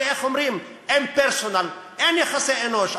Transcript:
איך אומרים, impersonal ; אין יחסי אנוש,